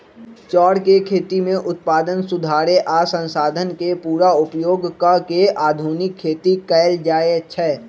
चौर के खेती में उत्पादन सुधारे आ संसाधन के पुरा उपयोग क के आधुनिक खेती कएल जाए छै